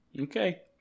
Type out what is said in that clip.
Okay